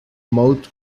moat